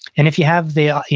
and if you have the,